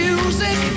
Music